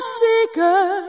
seeker